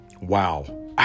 Wow